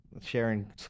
Sharing